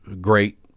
great